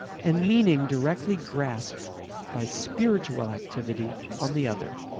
and meaning directly grasped by spiritual activity on the other.